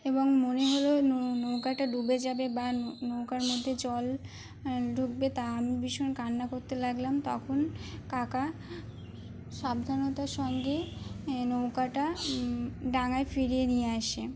এবং মনে হলো নৌকাটা ডুবে যাবে বা নৌকার মধ্যে জল ঢুকবে তা আমি ভীষণ কান্না করতে লাগলাম তখন কাকা সাবধানতার সঙ্গে নৌকাটা ডাঙায় ফিরিয়ে নিয়ে আসে